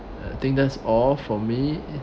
I think that's all for me